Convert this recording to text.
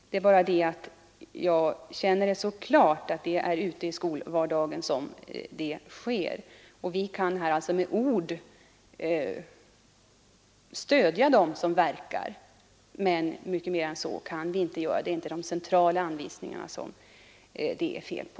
Det är bara det att jag så starkt känner att det är ute i skolvardagen som dessa frågor skall åtgärdas. Vi kan här med ord stödja dem som där verkar inom området, men mycket mer än så kan vi inte göra. Det är inte de centrala anvisningarna som det är fel på.